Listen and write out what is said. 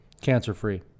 cancer-free